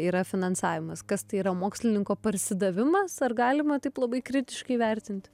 yra finansavimas kas tai yra mokslininko parsidavimas ar galima taip labai kritiškai vertinti